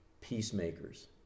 peacemakers